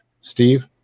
Steve